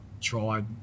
tried